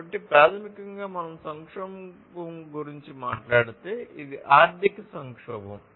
కాబట్టి ప్రాథమికంగా మనం సంక్షోభం గురించి మాట్లాడితే ఇది ఆర్థిక సంక్షోభం